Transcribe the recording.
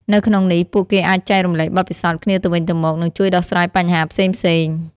នៅក្នុងនេះ ពួកគេអាចចែករំលែកបទពិសោធន៍គ្នាទៅវិញទៅមក និងជួយដោះស្រាយបញ្ហាផ្សេងៗ ។